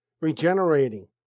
regenerating